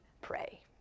pray